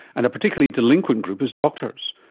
and a particularly delinquent group is doctors.